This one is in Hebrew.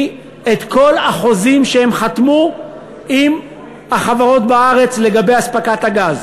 את כל החוזים שהן חתמו עם החברות בארץ לגבי אספקת הגז,